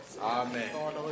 Amen